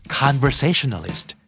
conversationalist